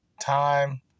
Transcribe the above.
time